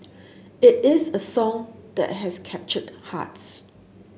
it is a song that has captured hearts